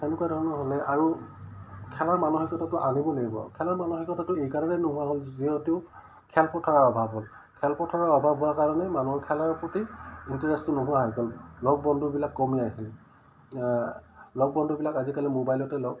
এনেকুৱা ধৰণৰ হ'লে আৰু খেলাৰ মানসিকতাটো আনিব লাগিব খেলৰ মানসিকতাটো এইকাৰণেই নোহোৱা হ'ল যিহেতু খেলপথাৰৰ অভাৱ হ'ল খেলপথাৰৰ অভাৱ হোৱা কাৰণে মানুহৰ খেলাৰ প্ৰতি ইণ্টাৰেষ্টটো নোহোৱা হৈ গ'ল লগ বন্ধুবিলাক কমি আহিল লগ বন্ধুবিলাক আজিকালি মোবাইলতে লগ